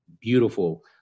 beautiful